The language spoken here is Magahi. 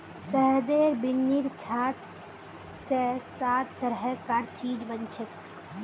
शहदेर बिन्नीर छात स सात तरह कार चीज बनछेक